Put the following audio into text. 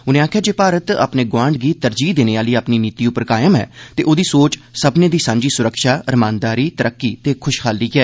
उनें आक्खेआ जे भारत 'गोआंड गी तरजीह' देने आली अपनी नीति पर कायम ऐ ते ओदी सोच सब्मनें दी सांझी सुरक्षा रमानदारी तरक्की ते खुशहाली ऐ